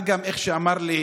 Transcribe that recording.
מה גם, כפי שאמר לי